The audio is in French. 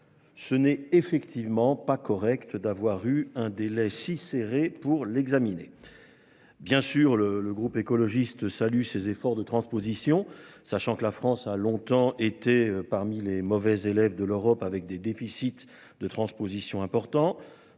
Ce n'est effectivement pas correct d'avoir eu un délai si serré pour l'examiner. Bien sûr le le groupe écologiste salue ses efforts de transposition, sachant que la France a longtemps été parmi les mauvais élèves de l'Europe avec des déficits de transposition important